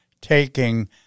taking